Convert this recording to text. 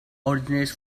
originates